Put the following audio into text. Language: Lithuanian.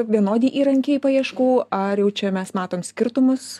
vienodi įrankiai paieškų ar jau čia mes matom skirtumus